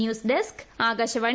news desk Akashvani